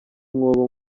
mwobo